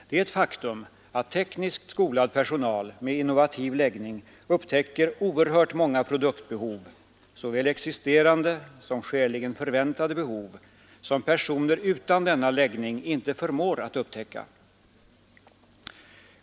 Det är ett faktum att tekniskt skolad personal med innovativ läggning upptäcker oerhört många produktbehov — såväl existerande som skäligen förväntade behov — som personer utan denna läggning inte förmår upptäcka.